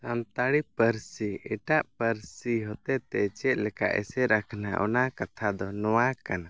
ᱥᱟᱱᱛᱟᱲᱤ ᱯᱟᱹᱨᱥᱤ ᱮᱴᱟᱜ ᱯᱟᱹᱨᱥᱤ ᱦᱤᱛᱮᱛᱮ ᱪᱮᱫ ᱞᱮᱠᱟ ᱮᱥᱮᱨ ᱟᱠᱟᱱᱟ ᱚᱱᱟ ᱠᱟᱛᱷᱟ ᱫᱚ ᱱᱚᱣᱟ ᱠᱟᱱᱟ